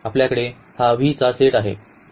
आपल्याकडे हा V चा सेट आहे